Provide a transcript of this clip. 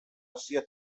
asia